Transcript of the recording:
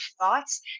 thoughts